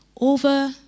over